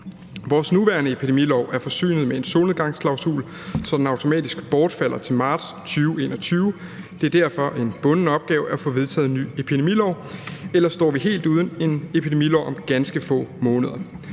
Vores nuværende epidemilov er forsynet med en solnedgangsklausul, så den automatisk bortfalder til marts 2021. Det er derfor en bunden opgave at få vedtaget en ny epidemilov, for ellers står vi helt uden en epidemilov om ganske få måneder.